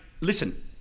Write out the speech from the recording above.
listen